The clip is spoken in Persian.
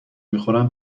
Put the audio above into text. میخورم